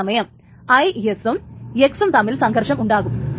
അതേ സമയം IS സും X ഉം തമ്മിൽ സംഘർഷമുണ്ടാകും